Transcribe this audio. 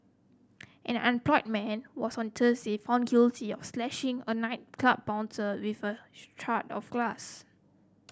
an unemployed man was on Thursday found guilty of slashing a nightclub bouncer with a shard of glass